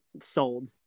sold